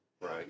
right